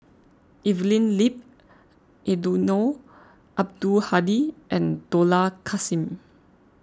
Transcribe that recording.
Evelyn Lip Eddino Abdul Hadi and Dollah Kassim